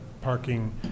parking